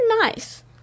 nice